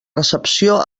recepció